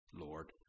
Lord